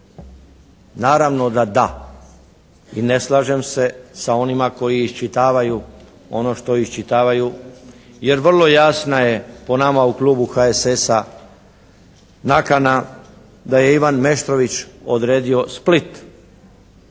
Naravno da da i ne slažem se sa onima koji iščitavaju ono što iščitavaju jer vrlo jasna je po nama u klubu HSS-a nakana da je Ivan Meštrović odredio Split